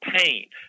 pain